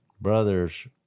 brothers